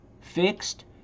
fixed